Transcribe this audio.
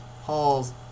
Halls